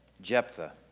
Jephthah